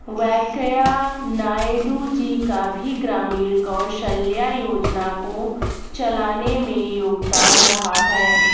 वैंकैया नायडू जी का भी ग्रामीण कौशल्या योजना को चलाने में योगदान रहा है